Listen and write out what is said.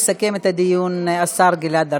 יסכם את הדיון השר גלעד ארדן,